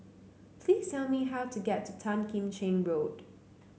please tell me how to get to Tan Kim Cheng Road